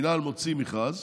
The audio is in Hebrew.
המינהל מוציא מכרז,